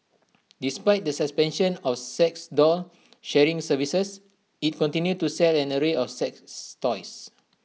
despite the suspension of sex doll sharing services IT continue to sell an array of sex toys